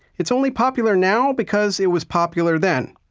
it's only popular now because it was popular then,